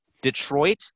Detroit